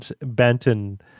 Benton